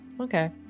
okay